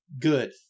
Good